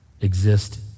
exist